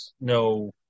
no